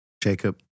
Jacob